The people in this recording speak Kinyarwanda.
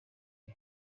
the